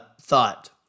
thought